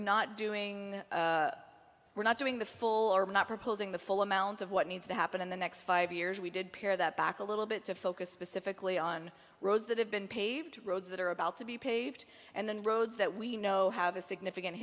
not doing we're not doing the full or i'm not proposing the full amount of what needs to happen in the next five years we did pare that back a little bit to focus specifically on roads that have been paved roads that are about to be paved and the roads that we know have a significant